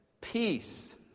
peace